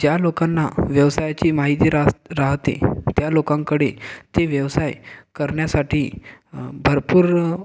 ज्या लोकांना व्यवसायाची माहिती रास राहते त्या लोकांकडे ते व्यवसाय करण्यासाठी भरपूर